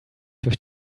durch